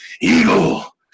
eagle